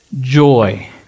joy